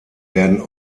werden